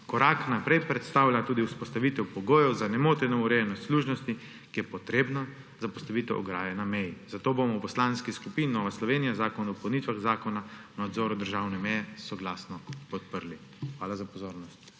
Korak naprej predstavlja tudi vzpostavitev pogojev za nemoteno urejanje služnosti, ki je potrebni za postavitev ograje na meji. Zato bomo v Poslanski skupini Nova Slovenija Predlog zakona o dopolnitvah Zakona o nadzoru državne meje soglasno podprli. Hvala za pozornost.